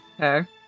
Okay